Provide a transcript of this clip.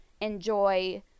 enjoy